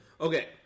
okay